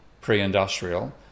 pre-industrial